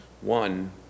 One